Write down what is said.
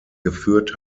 geführt